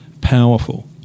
powerful